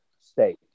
state